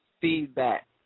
feedback